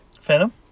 Phantom